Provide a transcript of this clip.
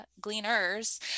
gleaners